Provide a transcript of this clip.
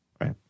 Right